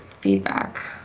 feedback